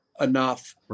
enough